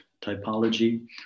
typology